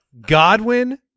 Godwin